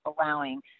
allowing